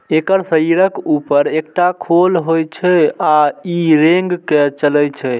एकर शरीरक ऊपर एकटा खोल होइ छै आ ई रेंग के चलै छै